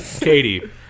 Katie